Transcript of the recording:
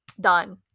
done